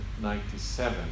1997